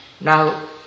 Now